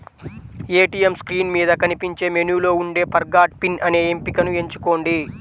ATM screen మీద కనిపించే మెనూలో ఉండే ఫర్గాట్ పిన్ అనే ఎంపికను ఎంచుకోండి